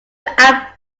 add